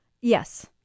Yes